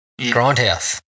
Grindhouse